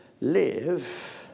live